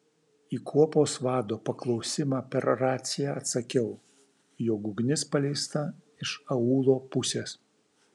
į kuopos vado paklausimą per raciją atsakiau jog ugnis paleista iš aūlo pusės